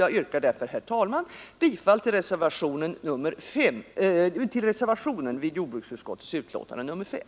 Jag yrkar därför, herr talman, bifall till reservationen vid jordbruksutskottets betänkande nr 5.